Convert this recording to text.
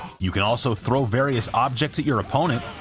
you can also throw various objects at your opponent,